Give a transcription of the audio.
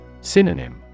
Synonym